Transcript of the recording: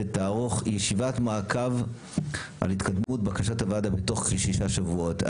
ותערוך ישיבת מעקב על התקדמות בקשת הוועדה בתוך כשישה שבועות.